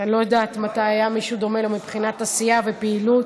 שאני לא יודעת מתי היה מישהו דומה לו מבחינת עשייה ופעילות.